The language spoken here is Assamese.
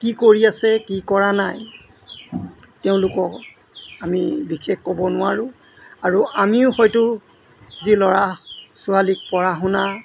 কি কৰি আছে কি কৰা নাই তেওঁলোকক আমি বিশেষ ক'ব নোৱাৰোঁ আৰু আমিও হয়টো যি ল'ৰা ছোৱালীক পঢ়া শুনা